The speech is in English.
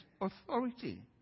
authority